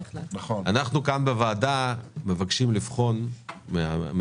יואב, אנחנו כאן בוועדה מבקשים מהממשלה